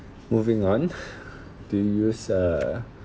moving on do you use uh